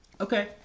Okay